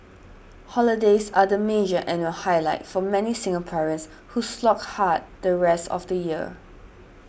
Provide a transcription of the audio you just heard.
holidays are the major annual highlight for many Singaporeans who slog hard the rest of the year